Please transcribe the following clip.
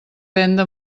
venda